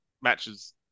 matches